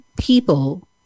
people